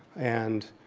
and